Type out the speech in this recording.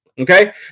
Okay